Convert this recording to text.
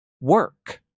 work